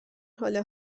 حال